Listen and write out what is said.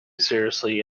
seriously